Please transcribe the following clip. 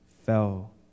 Fell